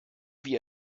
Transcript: wir